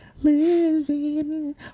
Living